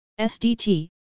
SDT